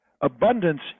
abundance